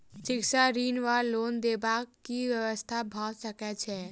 शिक्षा ऋण वा लोन देबाक की व्यवस्था भऽ सकै छै?